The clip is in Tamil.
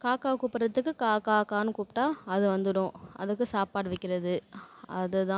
காக்காவை கூப்பிட்றத்துக்கு கா கா கான்னு கூப்பிட்டா அது வந்துடும் அதுக்கு சாப்பாடு வைக்கிறது அது தான்